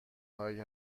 هایی